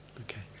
Okay